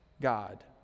God